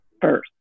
first